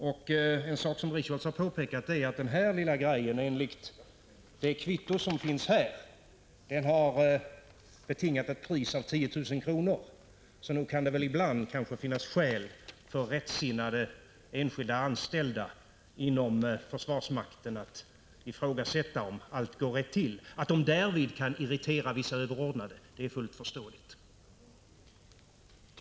Richholtz har påpekat att denna lilla grej enligt det kvitto som finns har betingat ett pris av 10 000 kr. Nog kan det ibland finnas skäl för rättsinnade enskilda anställda inom försvarsmakten att ifrågasätta om allt går rätt till. Att de därvid kan irritera vissa överordnade är fullt förståeligt.